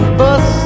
bus